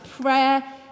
prayer